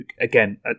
Again